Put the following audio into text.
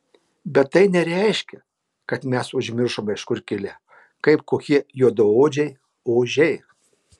bet tai nereiškia kad mes užmiršome iš kur kilę kaip kokie juodaodžiai ožiai